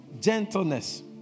gentleness